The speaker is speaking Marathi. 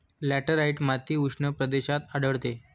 लॅटराइट माती उष्ण प्रदेशात आढळते